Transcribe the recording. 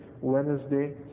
Wednesday